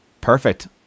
Perfect